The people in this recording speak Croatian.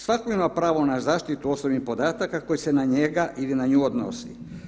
Svako ima pravo na zaštitu osobnih podataka koje se na njega ili na nju odnosi.